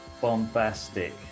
bombastic